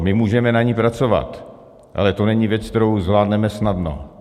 My můžeme na ní pracovat, ale to není věc, kterou zvládneme snadno.